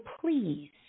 please